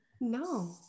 No